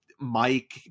Mike